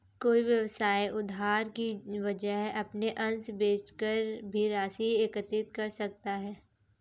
कोई व्यवसाय उधार की वजह अपने अंश बेचकर भी राशि एकत्रित कर सकता है